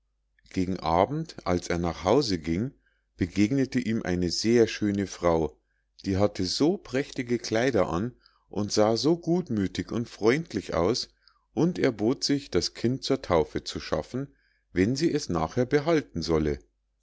gegen abend als er nach hause ging begegnete ihm eine sehr schöne frau die hatte so prächtige kleider an und sah so gutmüthig und freundlich aus und erbot sich das kind zur taufe zu schaffen wenn sie es nachher behalten solle